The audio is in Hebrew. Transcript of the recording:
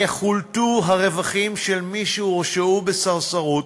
יחולטו הרווחים של מי שהורשעו בסרסרות